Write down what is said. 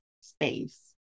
space